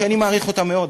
שאני מעריך אותה מאוד,